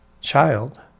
child